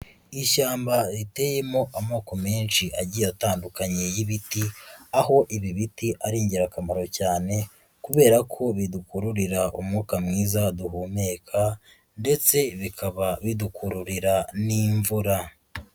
Ishyamba riteyemo amoko menshi agiye atandukanye y'ibiti, aho ibi biti ari ingirakamaro cyane kubera ko bidukururira umwuka mwiza duhumeka ndetse bikaba bidukururira n'imvura.